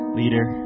leader